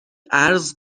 عرض